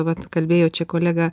vat kalbėjo čia kolega